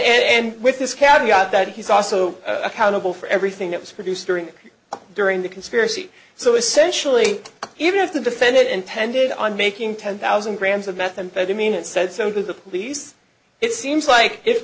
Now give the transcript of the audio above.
and with this having got that he's also accountable for everything that was produced during the during the conspiracy so essentially even if the defendant intended on making ten thousand grams of methamphetamine and said so to the police it seems like i